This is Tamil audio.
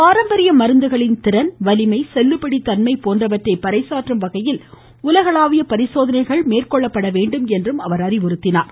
பாரம்பரிய மருந்துகளின் திறன் வலிமை செல்லுபடித்தன்மை போன்றவற்றை பறைசாற்றும் வகையில் உலகளாவிய பரிசோதனைகளை மேற்கொள்ளப்பட வேண்டும் என்றும் அறிவுறுத்தினார்